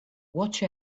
watch